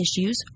issues